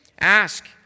Ask